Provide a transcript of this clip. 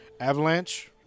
Avalanche